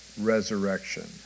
resurrection